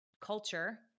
culture